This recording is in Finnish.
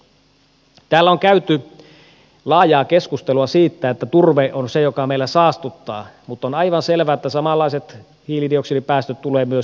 täällä on käyty laajaa keskustelua siitä että turve on se joka meillä saastuttaa mutta on aivan selvää että samanlaiset hiilidioksidipäästöt tulevat myös kivihiilestä